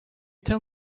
tell